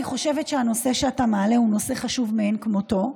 אני חושבת שהנושא שאתה מעלה הוא נושא חשוב מאין כמותו.